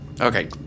Okay